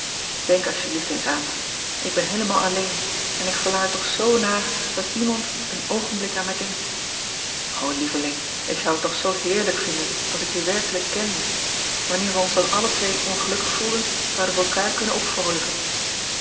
enk alsjeblieft eens aan mij k ben heelemaal alleen en ik verlang er toch zoo naar dat iemand een oogenblik aan mij denkt lieveling ik zou het toch zoo heerlijk vinden als ik je werkelijk kende anneer we ons dan alle twee ongelukkig voelden zouden we elkaar kunnen